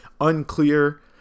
Unclear